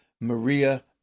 Maria